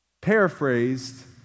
Paraphrased